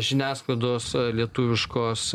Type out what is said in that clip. žiniasklaidos lietuviškos